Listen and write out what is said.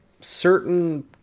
certain